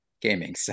gaming